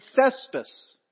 Thespis